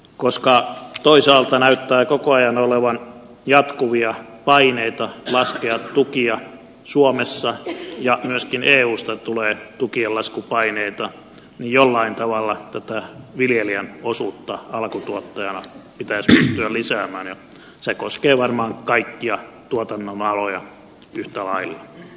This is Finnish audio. koska toisaalta näyttää koko ajan olevan jatkuvia paineita laskea tukia suomessa ja myöskin eusta tulee tukienlaskupaineita niin jollain tavalla tätä viljelijän osuutta alkutuottajana pitäisi pystyä lisäämään ja se koskee varmaan kaikkia tuotannonaloja yhtä lailla